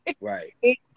Right